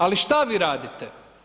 Ali šta vi radite?